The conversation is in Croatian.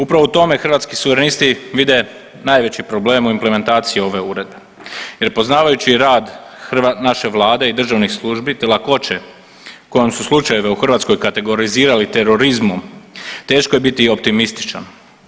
Upravo u tome Hrvatski suverenisti vide najveći problem u implementaciji ove uredbe jer poznavajući rad naše vlade i državnih službi te lakoće kojom su slučajeve u Hrvatskoj kategorizirali terorizmom teško je biti optimističan.